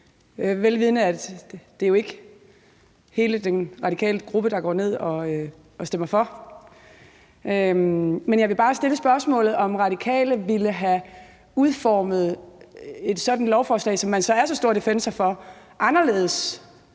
selv om det jo ikke er hele den radikale gruppe, der går ned og stemmer for. Men jeg vil bare stille spørgsmålet, om Radikale ville have udformet et sådant lovforslag, som man så er så stor defensor for, anderledes